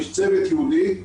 יש צוות ייעודי,